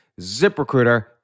ZipRecruiter